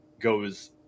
goes